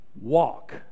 walk